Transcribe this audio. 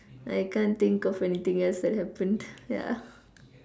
I can't think of anything else that happened ya